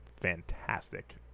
fantastic